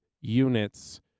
units